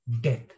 death